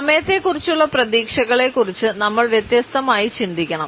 സമയത്തെക്കുറിച്ചുള്ള പ്രതീക്ഷകളെക്കുറിച്ച് നമ്മൾ വ്യത്യസ്തമായി ചിന്തിക്കണം